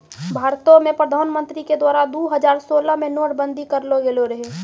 भारतो मे प्रधानमन्त्री के द्वारा दु हजार सोलह मे नोट बंदी करलो गेलो रहै